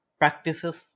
practices